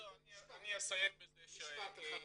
אני אסיים בזה שאנחנו,